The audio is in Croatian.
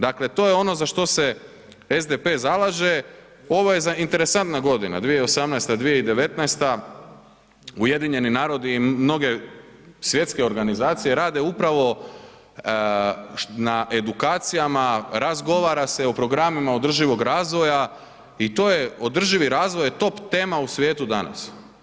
Dakle, to je ono za što se SDP zalaže, ovo je interesantna godina 2018., 2019., UN i mnoge svjetske organizacije rade upravo na edukacijama, razgovara se o programima održivog razvoja i to je održivi razvoj je top tema u svijetu danas.